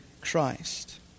Christ